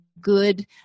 good